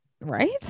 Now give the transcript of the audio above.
Right